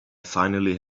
finally